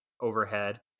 overhead